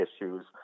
issues